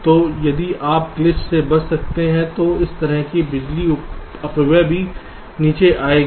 तो यदि आप ग्लिच से बच सकते हैं तो इस तरह की बिजली अपव्यय भी नीचे जाएगी